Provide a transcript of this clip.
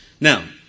Now